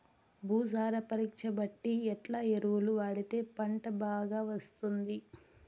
భూసార పరీక్ష బట్టి ఎట్లా ఎరువులు వాడితే పంట బాగా వస్తుంది?